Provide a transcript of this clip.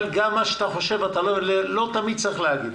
גם מה שאתה חושב, לא תמיד אתה צריך להגיד.